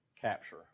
capture